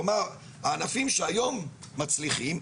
כלומר הענפים שהיום מצליחים,